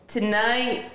Tonight